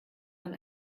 man